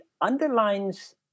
underlines